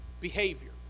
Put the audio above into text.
behavior